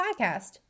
Podcast